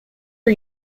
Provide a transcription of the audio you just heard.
are